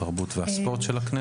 התרבות והספורט של הכנסת.